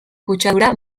kutsadura